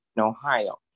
Ohio